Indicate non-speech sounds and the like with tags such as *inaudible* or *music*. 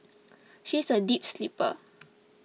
*noise* she is a deep sleeper *noise*